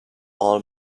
all